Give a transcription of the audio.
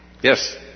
Yes